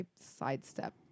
sidestep